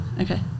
Okay